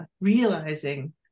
realizing